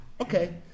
okay